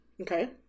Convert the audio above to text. Okay